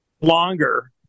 longer